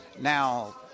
Now